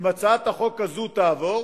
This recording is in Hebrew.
אם הצעת החוק הזאת תעבור